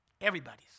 everybody's